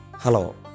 Hello